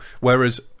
whereas